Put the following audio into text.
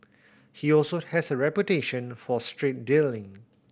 he also has a reputation for straight dealing